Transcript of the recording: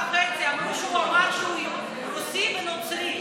אמרו שהוא אמר בגיל ארבע וחצי שהוא רוסי ונוצרי.